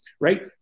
right